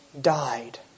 died